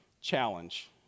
challenge